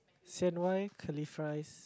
C_N_Y curly fries